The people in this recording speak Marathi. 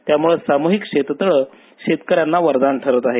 त्यामूळे सामुहिक शेततळं शेतकऱ्यांना वरदान ठरत आहे